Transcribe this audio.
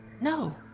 No